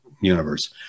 universe